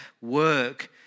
work